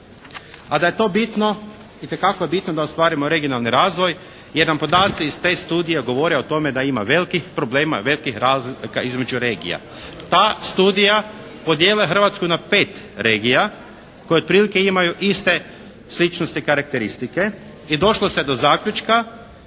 A da je to bitno, itekako je bitno da ostvarimo regionalni razvoj jer nam podaci iz te studije govore o tome da ima velikih problema i velikih razlika između regija. Ta studija podijele Hrvatsku na pet regija koje otprilike imaju iste sličnosti, karakteristike i došlo se do zaključka